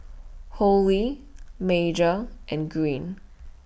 Holly Major and Greene